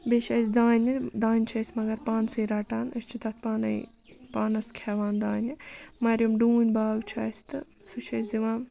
بیٚیہِ چھِ اَسہِ دانہِ دانہِ چھِ أسۍ مگر پانسٕے رَٹان أسۍ چھِ تَتھ پانَے پانَس کھٮ۪وان دانہِ مگر یِم ڈوٗن باغ چھِ اَسہِ تہٕ سُہ چھِ أسۍ دِوان